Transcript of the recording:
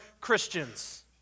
Christians